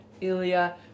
Ilya